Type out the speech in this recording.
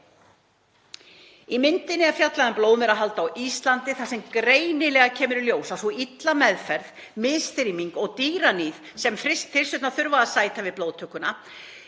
Í myndinni er fjallað um blóðmerahald á Íslandi þar sem greinilega kemur í ljós sú illa meðferð, misþyrming og dýraníð sem hryssurnar þurfa að sæta við blóðtökuna.